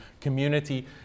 community